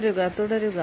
തുടരുക തുടരുക